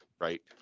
right